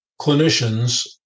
clinicians